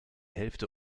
hälfte